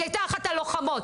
היא הייתה אחת הלוחמות.